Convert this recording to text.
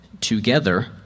together